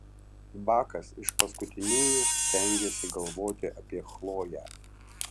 bakas iš paskutiniųjų stengėsi galvoti apie chloję